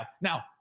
now